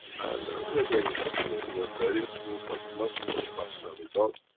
and we are going ahead in a, in a very smooth but much, much faster than we thought.